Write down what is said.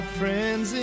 friends